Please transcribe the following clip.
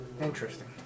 interesting